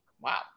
Wow